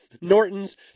Norton's